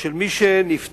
של מי שנפטר,